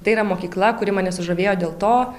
tai yra mokykla kuri mane sužavėjo dėl to